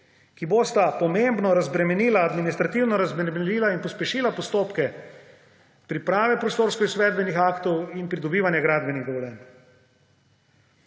ki bosta pomembno administrativno razbremenila in pospešila postopke priprave prostorskih izvedbenih aktov in pridobivanja gradbenih dovoljenj.